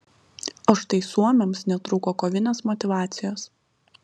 o štai suomiams netrūko kovinės motyvacijos